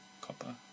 copper